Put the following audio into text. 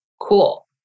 cool